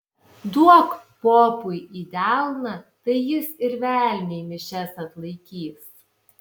duok popui į delną tai jis ir velniui mišias atlaikys